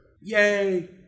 Yay